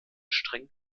streng